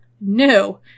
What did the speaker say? No